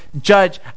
judge